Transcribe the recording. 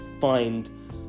find